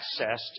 accessed